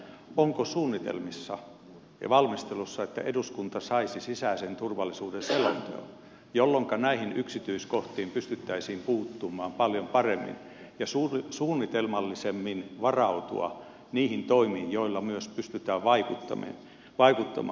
onko suunnitelmissa ja valmistelussa että eduskunta saisi sisäisen turvallisuuden selonteon jolloinka näihin yksityiskohtiin pystyttäisiin puuttumaan paljon paremmin ja varautumaan suunnitelmallisemmin niihin toimiin joilla myös pystytään vaikuttamaan